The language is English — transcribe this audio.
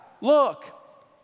look